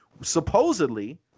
supposedly